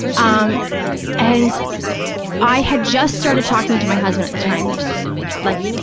um and i had just started talking to my husband at the time, was just like,